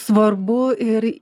svarbu ir